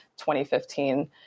2015